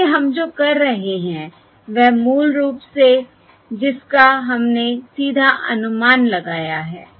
इसलिए हम जो कर रहे हैं वह मूल रूप से है जिसका हमने सीधा अनुमान लगाया है